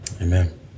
Amen